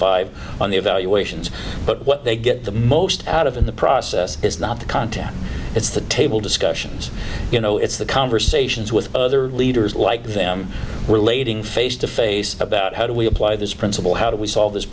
five on the evaluations but what they get the most out of in the process is not the content it's the table discussions you know it's the conversations with other leaders like them relating face to face about how do we apply this principle how do we